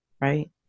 right